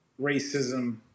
racism